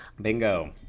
Bingo